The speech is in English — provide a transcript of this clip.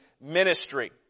ministry